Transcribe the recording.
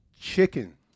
chicken